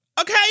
Okay